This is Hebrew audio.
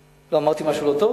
אמרתי משהו לא טוב?